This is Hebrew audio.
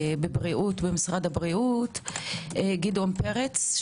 בבריאות במשרד הבריאות, גדעון פרץ.